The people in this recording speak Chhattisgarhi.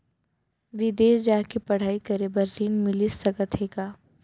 बिदेस जाके पढ़ई करे बर ऋण मिलिस सकत हे का?